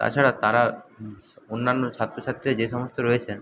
তাছাড়া তারা অন্যান্য ছাত্র ছাত্রীরা যে সমস্ত রয়েছেন